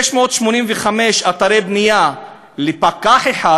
685 אתרי בנייה בממוצע לפקח אחד,